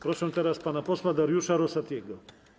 Proszę teraz pana posła Dariusza Rosatiego.